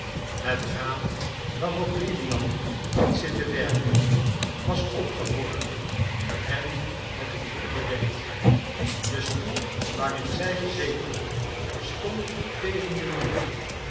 het raam wiaarop lilian had zitten werken was opgeborgen en met een doek bedekt de stoel waarin zij gezeten had stond tegen den mrnir